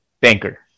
Banker